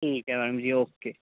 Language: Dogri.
ठीक ऐ मैडम जी ओके